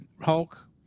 Hulk